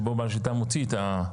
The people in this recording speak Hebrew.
שבו בעל שליטה מוציא ---.